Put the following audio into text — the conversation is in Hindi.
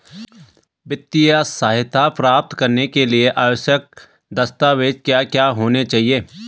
वित्तीय सहायता प्राप्त करने के लिए आवश्यक दस्तावेज क्या क्या होनी चाहिए?